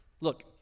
Look